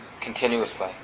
continuously